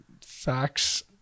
facts